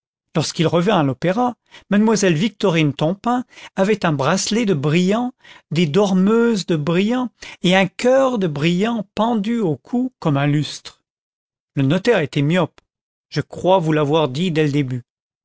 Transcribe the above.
lorsqu'il revint à l'opéra mademoiselle victorine tompain avait un bracelet de brillants des dormeuses de brillants et un cœur de brillants pendu au cou comme un lustre le notaire était myope je crois vous l'avoir dit dès le début